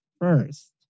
first